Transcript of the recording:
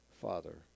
Father